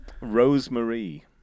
Rosemary